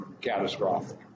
catastrophic